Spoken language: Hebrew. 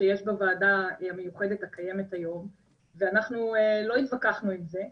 שיש בוועדה המיוחדת הקיימת היום ואנחנו לא התווכחנו עם זה,